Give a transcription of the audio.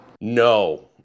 No